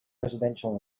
residential